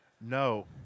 No